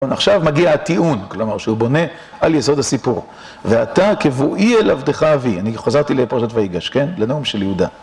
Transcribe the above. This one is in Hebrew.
עכשיו מגיע הטיעון, כלומר, שהוא בונה על יסוד הסיפור. ואתה כבואי אל עבדך אבי. אני חזרתי לפרשת ויגש, כן? לנאום של יהודה.